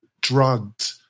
drugged